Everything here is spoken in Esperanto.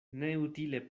neutile